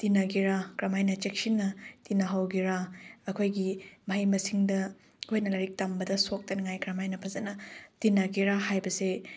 ꯇꯤꯟꯅꯒꯦꯔꯥ ꯀꯔꯝꯍꯥꯏꯅ ꯆꯦꯛꯁꯤꯟꯅ ꯇꯤꯟꯅꯍꯧꯒꯦꯔꯥ ꯑꯩꯈꯣꯏꯒꯤ ꯃꯍꯩ ꯃꯁꯤꯡꯗ ꯑꯩꯈꯣꯏꯅ ꯂꯥꯏꯔꯤꯛ ꯇꯝꯕꯗ ꯁꯣꯛꯇꯅꯉꯥꯏ ꯀꯔꯝꯍꯥꯏꯅ ꯐꯖꯅ ꯇꯤꯟꯅꯒꯦꯔꯥ ꯍꯥꯏꯕꯁꯦ